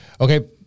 okay